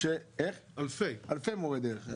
אלפי מורי דרך.